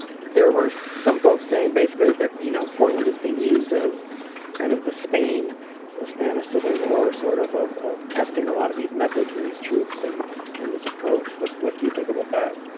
there were some folks saying basically that you know portland is being used as kind of the spain the spanish civil war sort of of of testing a lot of these methods and these troops and and this approach what what do you think about that?